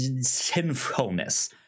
sinfulness